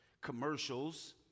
commercials